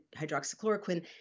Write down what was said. hydroxychloroquine